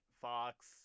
Fox